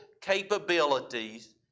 capabilities